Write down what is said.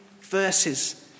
verses